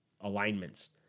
alignments